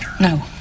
no